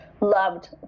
loved